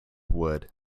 wood